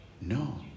No